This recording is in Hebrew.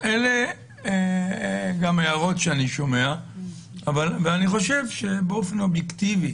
אלה הערות שאני שומע ואני חושב שבאופן אובייקטיבי